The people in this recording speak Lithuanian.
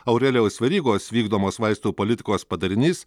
aurelijaus verygos vykdomos vaistų politikos padarinys